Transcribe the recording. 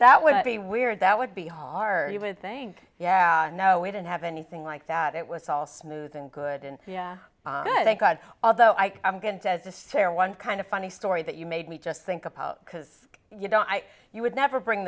that would be weird that would be hard you would think yeah no we didn't have anything like that it was all smooth and good and thank god although i am good at this share one kind of funny story that you made me just think about because you don't you would never bring